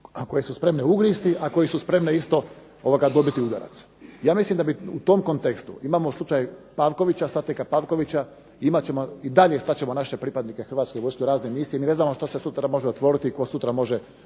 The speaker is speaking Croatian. koje su spremne ugristi a koje spremno isto dobiti udarac. Ja mislim da bi u tom kontekstu, imamo slučaj satnika Pavkovića, i dalje slat ćemo naše pripadnike u razne misije, mi ne znamo što se sutra može otvoriti, tko sutra može ponovno